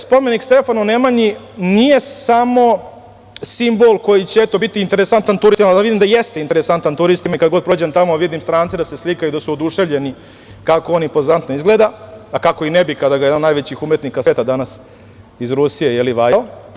Spomenik Stefanu Nemanji nije samo simbol koji će, eto, biti interesantan turistima, mada vidim da jeste interesantan turistima i kad god prođem tamo vidim strance da se slikaju, da su oduševljeni kako on impozantno izgleda, a kako i ne bi kada ga je jedan od najvećih umetnika sveta danas iz Rusije vajao.